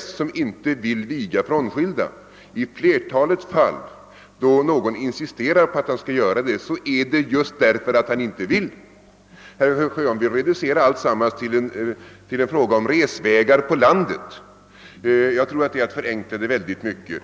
som gäller. I flertalet av de fall, då någon insisterar på att bli vigd av en särskild präst, är det för att denne inte vill viga frånskilda. Herr Sjöholm vill reducera alltsammans till en fråga om resvägar på landet. Det är att förenkla problemet.